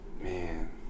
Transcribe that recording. man